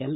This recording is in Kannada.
ಎಲ್